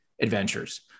adventures